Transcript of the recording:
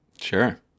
Sure